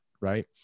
right